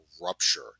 rupture